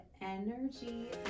energy